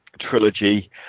Trilogy